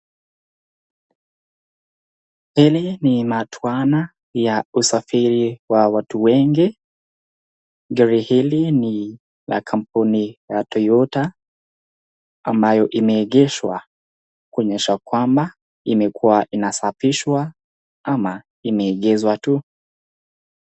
Hili ni matwana ya usafiri wa watu wengi gari hili ni la kampuni la Toyota ambayo imeegeshwa kuonyesha kwamba imekuwa inasafishwa ama imeegeshwa tu.